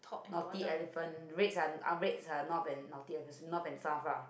naughty elephant reds are n~ reds are north and naughty uh north and south ah